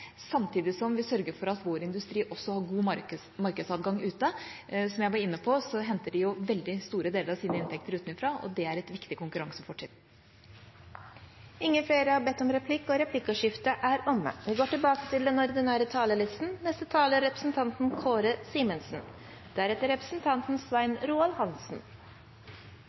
samtidig som vi sørger for at vår industri også har god markedsadgang ute. Som jeg var inne på, henter de veldig store deler av sine inntekter utenfra, og det er et viktig konkurransefortrinn.